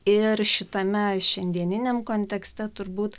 ir šitame šiandieniniam kontekste turbūt